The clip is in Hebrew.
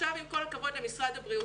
עם כל הכבוד למשרד הבריאות,